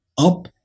up